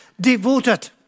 devoted